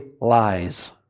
lies